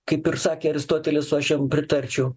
kaip ir sakė aristotelis o aš jam pritarčiau